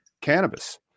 cannabis